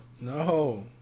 No